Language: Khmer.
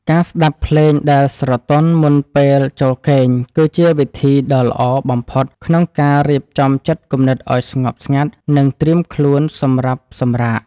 ការស្ដាប់ភ្លេងដែលស្រទន់មុនពេលចូលគេងគឺជាវិធីដ៏ល្អបំផុតក្នុងការរៀបចំចិត្តគំនិតឱ្យស្ងប់ស្ងាត់និងត្រៀមខ្លួនសម្រាប់សម្រាក។